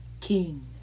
king